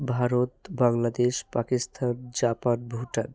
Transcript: Bharat Bangladesh Pakistan Japan Bhutan